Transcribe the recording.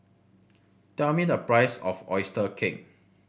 tell me the price of oyster cake